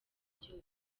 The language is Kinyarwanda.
byose